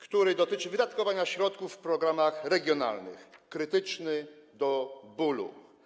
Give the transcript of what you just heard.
który dotyczy wydatkowania środków w programach regionalnych, krytyczny do bólu.